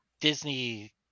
Disney